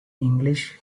english